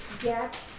get